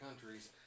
countries